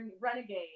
Renegade